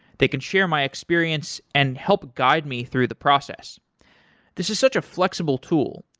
they can share my experience and help guide me through the process this is such a flexible tool.